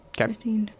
Okay